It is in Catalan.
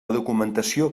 documentació